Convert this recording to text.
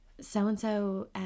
so-and-so